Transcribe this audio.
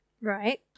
Right